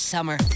summer